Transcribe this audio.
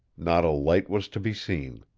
not a light was to be seen.